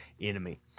enemy